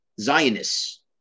Zionists